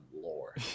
lore